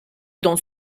dans